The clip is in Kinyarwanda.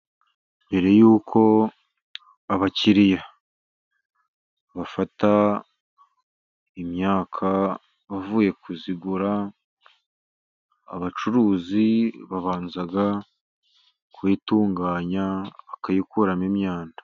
Mbere y'uko abakiriya bafata imyaka bavuye kuyigura, abacuruzi babanza kuyitunganya , bakayikuramo imyanda .